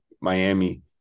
Miami